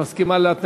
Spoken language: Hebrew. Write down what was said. חברי בספסלי